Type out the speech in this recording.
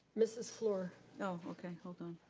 mrs. flor. oh okay. hold on.